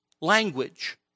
Language